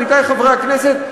עמיתי חברי הכנסת,